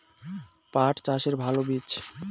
পাঠ চাষের ভালো বীজ?